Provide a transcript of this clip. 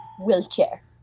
Wheelchair